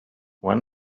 when